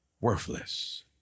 worthless